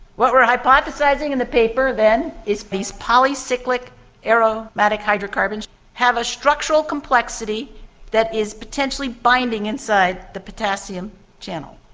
what we are hypothesising in the paper, then, is it these polycyclic aromatic hydrocarbons have a structural complexity that is potentially binding inside the potassium channel,